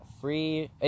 free